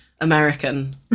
American